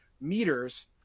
meters